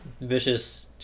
vicious